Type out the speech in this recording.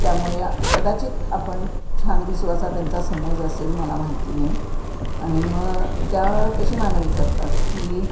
त्यामुळे कदाचित आपण छान दिसू असा त्यांचा समज असेल मला माहिती नाही आणि मग त्या तशी मागणी करतात की